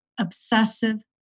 obsessive